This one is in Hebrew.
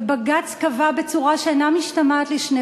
ובג"ץ קבע בצורה שאינה משתמעת לשתי